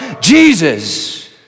Jesus